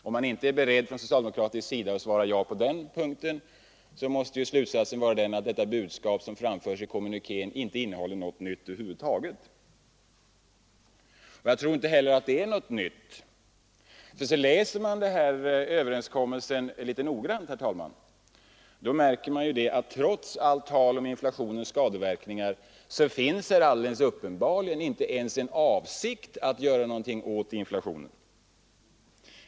Om man inte är beredd från socialdemokratisk sida att svara ja på den punkten måste slutsatsen vara att budskapet i kommunikén inte innehåller något nytt över huvud taget. Nej, jag tror inte heller att den innehåller något nytt. Läser man överenskommelsen litet noggrant, herr talman, märker man att det trots allt tal om inflationens skadeverkningar uppenbarligen inte ens finns några avsikter att göra något åt inflationen.